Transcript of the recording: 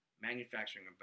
manufacturing